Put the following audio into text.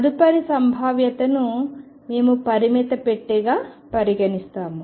తదుపరి సంభావ్యతను మేము పరిమిత పెట్టెగా పరిగణిస్తాము